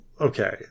Okay